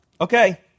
Okay